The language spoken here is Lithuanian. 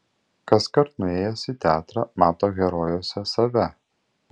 kaskart nuėjęs į teatrą mato herojuose save